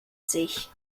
sich